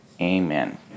Amen